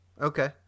okay